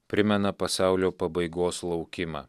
primena pasaulio pabaigos laukimą